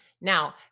Now